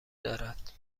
دارد